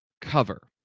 cover